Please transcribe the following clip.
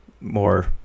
more